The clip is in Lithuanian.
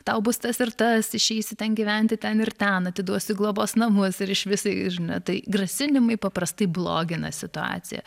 tau bus tas ir tas išeisi ten gyventi ten ir ten atiduosiu į globos namuose ir iš viso ir ne tai grasinimai paprastai blogina situaciją